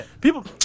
people